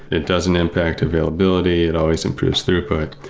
it doesn't impact availability. it always improves throughput.